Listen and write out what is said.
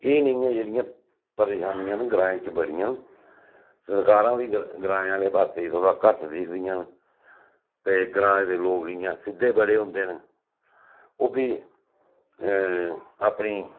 एह् नेहियां जेह्ड़ियां परेशानियां न ग्राएं च बड़ियां न सरकारां बी ग्राएं आह्ले पास्सै ई थोह्ड़ा घट्ट दिखदियां ते ग्राएं दे लोक इयां सिद्धे बड़े होंदे न ओह् बी अपनी